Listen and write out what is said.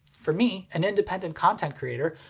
for me, an independent content creator,